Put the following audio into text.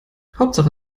hauptsache